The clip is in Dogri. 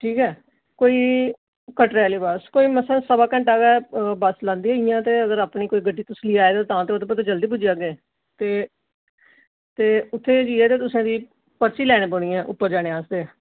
ठीक ऐ कोई कटड़े आह्ली बस कोई मसां सवा घैंटा के बस लांदी ऐ अगर इ'यां ते कोई गड्डी तुस लेइयै आए दे ओ तां ते ओह्दे पर ते तुसें जल्दी पुज्जी जांदे हो ते ते उत्थै जाइयै ते तुसें फ्ही पर्ची लैनी पौनी ऐ उप्पर जाने आस्तै